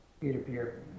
peer-to-peer